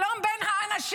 שלום בין האנשים,